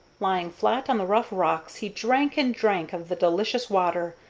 lying flat on the rough rocks, he drank and drank of the delicious water,